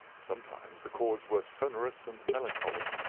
sometimes the chords were sonorous and melancholy.